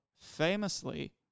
famously